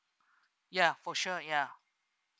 ya for sure ya